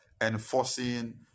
Enforcing